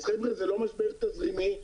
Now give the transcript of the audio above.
אז חבר'ה, זה לא משבר תזרימי.